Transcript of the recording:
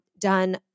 done